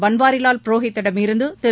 பன்வாரிவால் புரோஹித்திடமிருந்து திரு